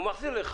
הוא מחזיר לך,